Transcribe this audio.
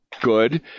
good